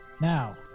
Now